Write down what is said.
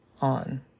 on